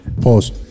Pause